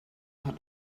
hat